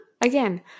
Again